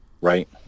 Right